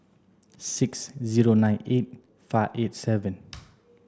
six zero nine eight five eight seven